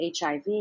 HIV